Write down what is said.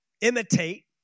imitate